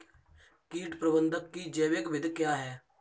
कीट प्रबंधक की जैविक विधि क्या है?